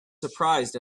surprised